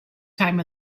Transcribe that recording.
time